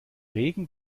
regen